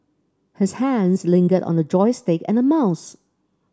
his hands lingered on a joystick and a mouse